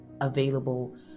available